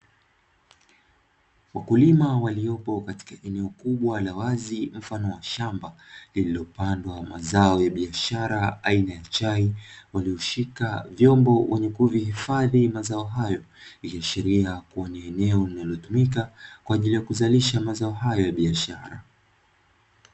Wakulima waliopo katika eneo kubwa la wazi mfano wa shamba lililopandwa mazao ya biashara aina ya chai, walioshika vyombo wenye kuvihifadhi mazao hayo ikiashiria kuwa ni eneo linalotumika kwaajili ya kuzalisha mazao hayo ya biashara.